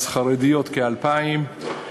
אז חרדיות, כ-2,000,